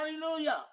hallelujah